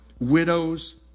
widows